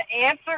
answer